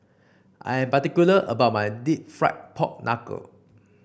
I am particular about my deep fried Pork Knuckle